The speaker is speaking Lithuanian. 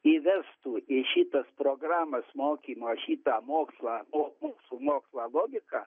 įvestų į šitas programas mokymo šitą mokslą o su mokslo logika